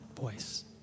voice